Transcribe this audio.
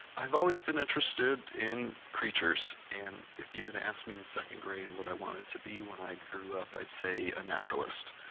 i've always been interested in creatures and if you had and asked me in second grade what i wanted to be when i grew up i'd say a naturalist.